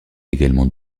également